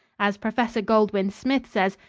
as professor goldwin smith says,